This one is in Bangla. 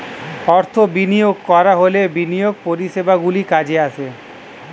অর্থ বিনিয়োগ করা হলে বিনিয়োগ পরিষেবাগুলি কাজে আসে